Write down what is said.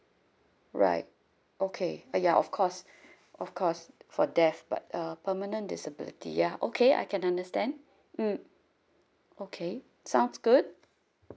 right okay uh ya of course of course for death but uh permanent disability ya okay I can understand mm okay sounds good